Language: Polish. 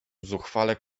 zuchwale